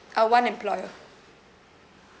uh one employer